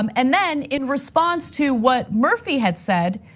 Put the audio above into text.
um and then in response to what murphy had said,